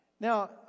Now